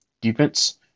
defense